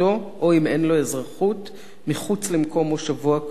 או אם אין לו אזרחות מחוץ למקום מושבו הקבוע,